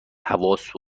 حواس